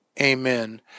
Amen